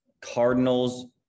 Cardinals